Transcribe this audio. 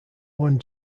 one